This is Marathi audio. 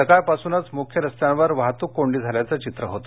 सकाळपासूनच मुख्य रस्त्यांवर वाहतूक कोंडी झाल्याचं चित्र होतं